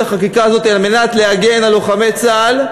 החקיקה הזאת על מנת להגן על לוחמי צה"ל,